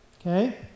Okay